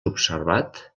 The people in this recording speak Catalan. observat